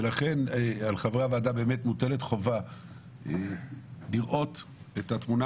על חברי הוועדה מוטלת חובה לראות את התמונה